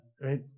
right